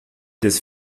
des